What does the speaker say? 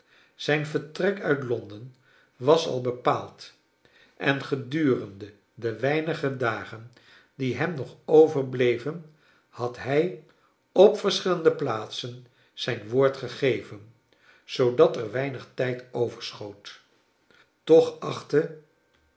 zijn vertrek uit londen was al bepaald en gedurende de weinige dagen die hem nog overbleven had hij op verschillende plaatsen zijn woord gegeven zoodat er weinig tijd overschoot toch achtte